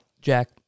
Jack